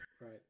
right